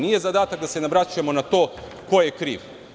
Nije zadatak da se vraćamo na to ko je kriv.